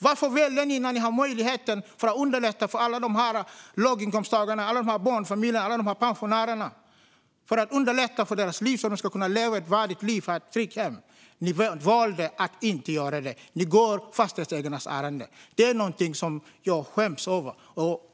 Varför väljer ni, när ni har möjlighet att underlätta för alla låginkomsttagare, barnfamiljer och pensionärer att leva ett värdigt liv och ha ett tryggt hem, att inte göra det? Ni går fastighetsägarnas ärenden. Detta är något som jag skäms över.